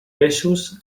peixos